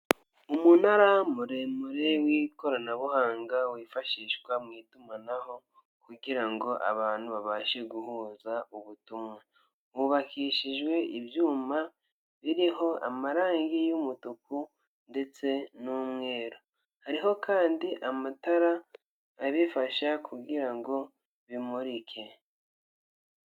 Umunara muremure w'ikoranabuhanga, wifashishwa mu itumanaho kugira ngo abantu babashe guhuza ubutumwa. Hubakishijwe ibyuma biriho amarangi y'umutuku, ndetse n'umweru. Hariho kandi amatara abifasha kugira ngo bimurike.